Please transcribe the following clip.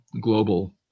global